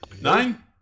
Nine